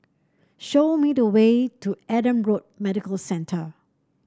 show me the way to Adam Road Medical Centre